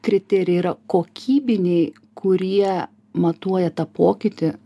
kriterijai yra kokybiniai kurie matuoja tą pokytį